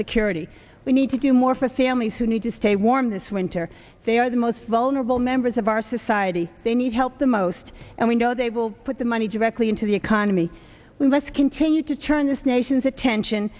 security we need to do more for families who need to stay warm this winter they are the most vulnerable members of our society they need help the most and we know they will put the money directly into the economy we must continue to turn this nation's attention